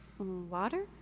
Water